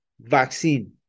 Vaccine